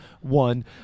one